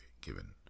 given